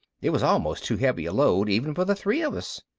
it was almost too heavy a load even for the three of us.